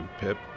Pip